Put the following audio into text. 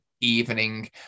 evening